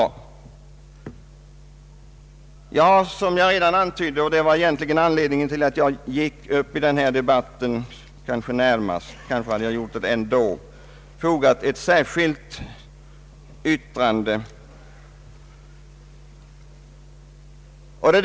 Den kanske främsta anledningen till att jag gått upp i denna debatt är att jag fogat ett särskilt yttrande till detta utskottsutlåtande, och jag vill gärna säga några ord om det.